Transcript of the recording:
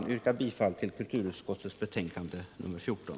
Jag yrkar bifall till kulturutskottets hemställan i betänkandet nr 14.